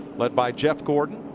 led by jeff gordon.